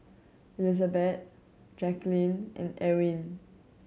Elizabet Jacquelyn and Ewin